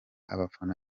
abafana